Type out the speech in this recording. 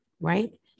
right